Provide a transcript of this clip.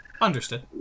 understood